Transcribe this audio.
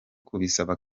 kubisaba